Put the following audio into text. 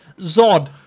Zod